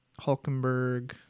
hulkenberg